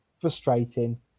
frustrating